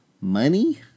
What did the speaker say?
Money